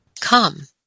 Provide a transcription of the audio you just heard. Come